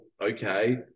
okay